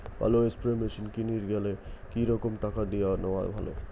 ভালো spray machine কিনির গেলে কি রকম টাকা দিয়া নেওয়া ভালো?